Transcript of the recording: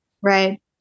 Right